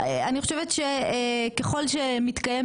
אני חושבת שככל שמתקיים